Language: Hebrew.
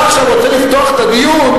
אתה עכשיו רוצה לפתוח את הדיון,